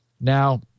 Now